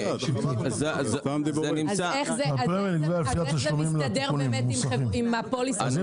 אז איך זה מסתדר עם הפוליסה --- הפרמיה